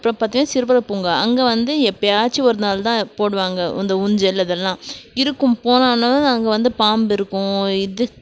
அப்புறோம் பார்த்திங்ன்னா சிறுவர் பூங்கா அங்கே வந்து எப்போயாச்சும் ஒரு நாள்தான் போடுவாங்க இந்த ஊஞ்சல் அதெல்லாம் இருக்கும் போனோனா அங்கே வந்து பாம்பு இருக்கும் இது